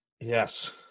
Yes